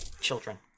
Children